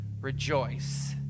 rejoice